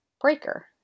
Breaker